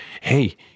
hey